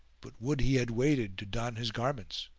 but would he had waited to don his garments.